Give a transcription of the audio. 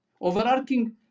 Overarching